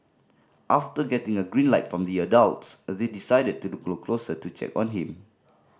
after getting a green light from the adults they decided to go closer to check on him